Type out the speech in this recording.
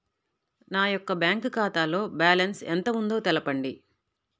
నా యొక్క బ్యాంక్ ఖాతాలో బ్యాలెన్స్ ఎంత ఉందో తెలపండి?